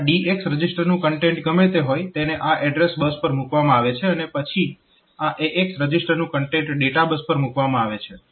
આ DX રજીસ્ટરનું content ગમે તે હોય તેને આ એડ્રેસ બસ પર મૂકવામાં આવે છે અને પછી આ AX રજીસ્ટરનું કન્ટેન્ટ ડેટા બસ પર મૂકવામાં આવે છે